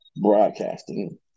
broadcasting